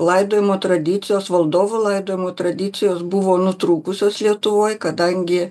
laidojimo tradicijos valdovų laidojimo tradicijos buvo nutrūkusios lietuvoj kadangi